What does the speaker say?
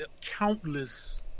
countless